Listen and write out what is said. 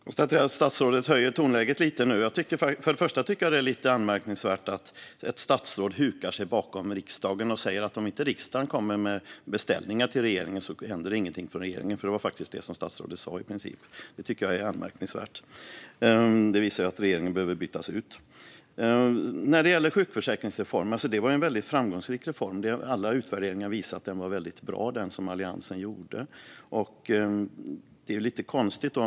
Fru talman! Jag konstaterar att statsrådet höjde tonläget lite nu. Jag tycker att det är lite anmärkningsvärt att ett statsråd hukar sig bakom riksdagen och säger att om inte riksdagen kommer med beställningar till regeringen händer det ingenting från regeringen. Det var faktiskt i princip det som statsrådet sa. Det tycker jag är anmärkningsvärt, och det visar att regeringen behöver bytas ut. Sjukförsäkringsreformen var en väldigt framgångsrik reform. Alla utvärderingar har visat att den reform som Alliansen gjorde var väldigt bra.